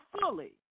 fully